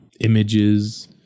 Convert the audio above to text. images